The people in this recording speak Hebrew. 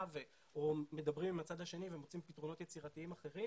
או מדברים עם הצד השני ומוצאים פתרונות יצירתיים אחרים,